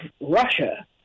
Russia